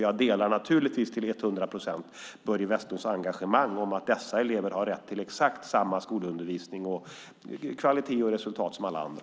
Jag delar naturligtvis till hundra procent Börje Vestlunds engagemang; dessa elever har rätt till exakt samma skolundervisning, kvalitet och resultat som alla andra.